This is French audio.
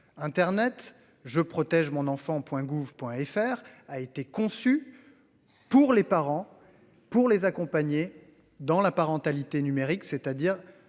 Internet je protège mon enfant Point gouv Point FR a été conçu. Pour les parents, pour les accompagner dans la parentalité numérique, c'est-à-dire